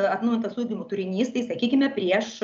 atnaujintas ugdymo turinys tai sakykime prieš